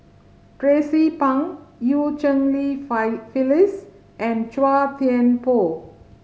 Tracie Pang Eu Cheng Li Fire Phyllis and Chua Thian Poh